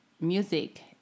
music